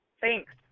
Thanks